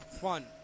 fun